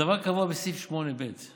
הדבר קבוע בסעיף 8(2)